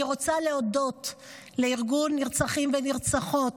אני רוצה להודות לארגון נרצחים ונרצחות.